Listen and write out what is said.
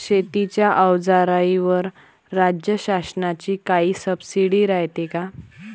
शेतीच्या अवजाराईवर राज्य शासनाची काई सबसीडी रायते का?